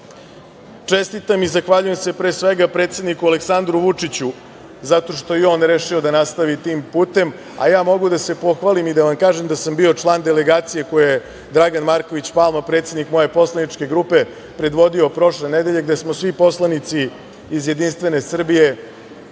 svetinju. Čestitam i zahvaljujem se pre svega predsedniku Aleksandru Vučiću zato što je on rešio da nastavi tim putem, a ja mogu da vam se pohvalim i da vam kažem da sam bio član delegacije koju je Dragan Marković Palma, predsednik moje poslaničke grupe, predvodio prošle nedelje, gde smo svi poslanici iz JS imali